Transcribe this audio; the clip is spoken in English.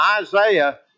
Isaiah